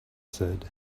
said